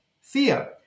fear